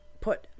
put